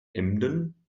emden